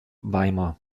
weimar